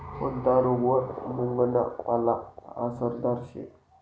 कोनता रोगवर मुंगना पाला आसरदार शे